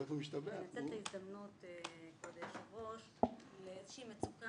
את ההזדמנות כבוד היושב-ראש לאיזושהי מצוקה